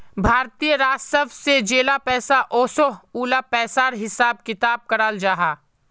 भारतीय राजस्व से जेला पैसा ओसोह उला पिसार हिसाब किताब कराल जाहा